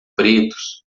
pretos